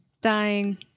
dying